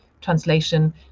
translation